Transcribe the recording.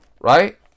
Right